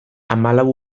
hamalau